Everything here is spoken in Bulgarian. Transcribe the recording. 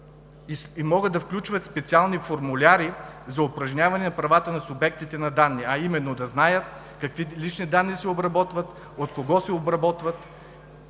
и могат да включват специални формуляри за упражняване правата на субектите на данни, а именно да знаят какви лични данни се обработват, от кого се обработват